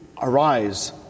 arise